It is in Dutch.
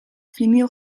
vinyl